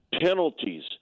penalties